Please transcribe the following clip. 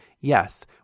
yes